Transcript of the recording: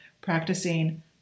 practicing